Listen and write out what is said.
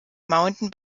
mountain